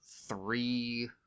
three